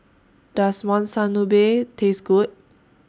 Does Monsunabe Taste Good